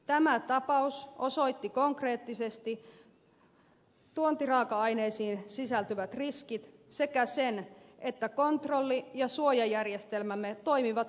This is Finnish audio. tämä tapaus osoitti konkreettisesti tuontiraaka ainesiin sisältyvät riskit sekä sen että kontrolli ja suojajärjestelmämme toimivat hyvin